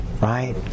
right